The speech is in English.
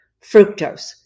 fructose